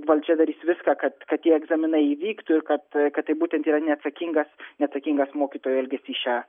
valdžia darys viską kad kad tie egzaminai įvyktų ir kad kad tai būtent yra neatsakingas neatsakingas mokytojų elgesys šią